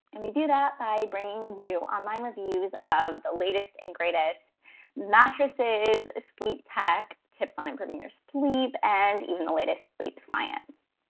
and we do that by bringing you online reviews of the latest and greatest mattresses, sleep tech, tips on improving your sleep, and even the latest sleep science.